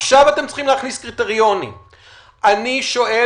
עכשיו אתם צריכים להכניס קריטריונים ואני שואל,